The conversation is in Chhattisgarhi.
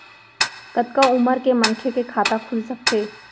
कतका उमर के मनखे के खाता खुल सकथे?